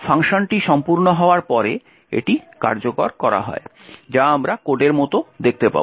অতএব ফাংশনটি সম্পূর্ণ হওয়ার পরে এটি কার্যকর করা হয় যা আমরা কোডের মতো দেখতে পাব